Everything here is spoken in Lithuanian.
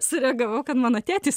sureagavau kad mano tėtis